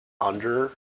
under-